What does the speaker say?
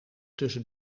tussen